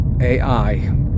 AI